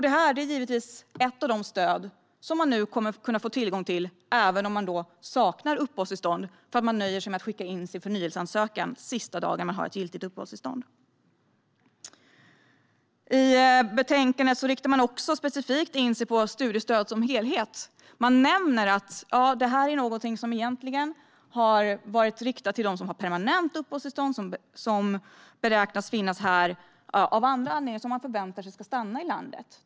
Detta är ett av de stöd man nu kommer att kunna få tillgång till även om man saknar uppehållstillstånd, för att man nöjer sig med att skicka in sin förnyelseansökan sista dagen man har ett giltigt uppehållstillstånd. I betänkandet riktar man specifikt in sig på studiestöd som helhet. Man nämner att det är någonting som egentligen har varit riktat till dem som har permanent uppehållstillstånd och beräknas finnas här av andra anledningar och som man förväntar sig ska stanna i landet.